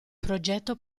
progetto